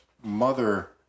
Mother